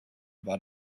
war